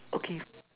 okay